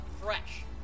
fresh